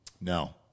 No